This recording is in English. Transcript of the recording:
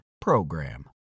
PROGRAM